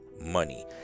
money